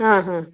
ಹಾಂ ಹಾಂ